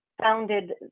founded